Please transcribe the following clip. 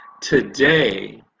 today